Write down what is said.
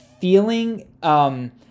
feeling